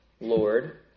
Lord